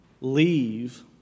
leave